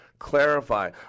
clarify